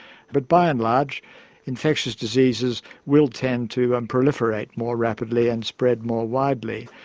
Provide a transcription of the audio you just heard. but by and large infectious diseases will tend to proliferate more rapidly and spread more widely.